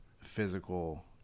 physical